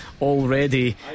already